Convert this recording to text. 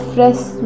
Fresh